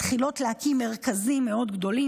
מתחילות להקים מרכזים מאוד גדולים,